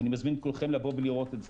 שאני מזמין את כולכם לבוא ולראות את זה,